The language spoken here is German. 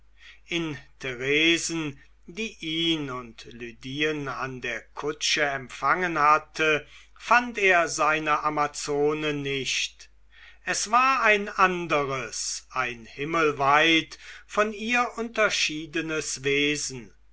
in theresen die ihn und lydien an der kutsche empfangen hatte fand er seine amazone nicht es war ein anderes ein himmelweit von ihr unterschiedenes wesen